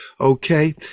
okay